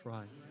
Right